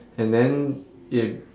and then in